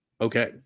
Okay